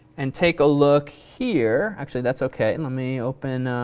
and take a look here, actually that's ok. and let me open